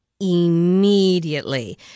immediately